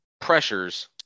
pressures